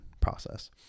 process